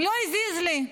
לא הזיז לי,